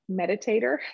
meditator